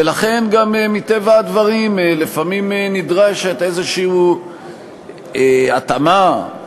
ולכן גם מטבע הדברים לפעמים נדרשת איזו התאמה או